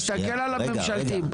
תסתכל על הממשלתיים.